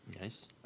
Nice